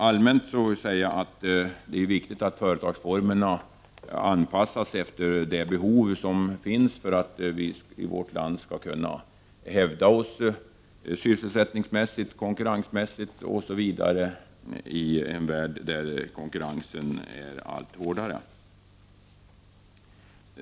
Rent allmänt är det viktigt att företagsformerna anpassas till de behov som finns för att vi i vårt land skall kunna hävda oss sysselsättningsmässigt, konkurrensmässigt osv. i en värld där konkurrensen blir allt hårdare.